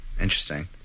Interesting